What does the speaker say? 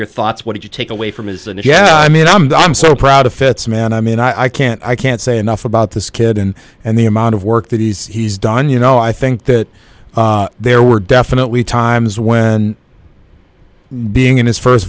your thoughts what do you take away from his and yeah i mean i'm the i'm so proud of fitz man i mean i can't i can't say enough about this kid and and the amount of work that he's done you know i think that there were definitely times when being in his first